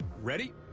Ready